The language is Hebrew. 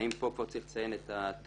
האם פה כבר צריך לציין את התשתיות?